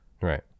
Right